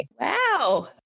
Wow